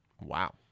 Wow